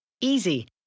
Easy